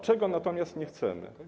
Czego natomiast nie chcemy?